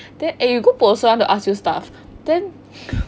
then eh you got post I want to ask you stuff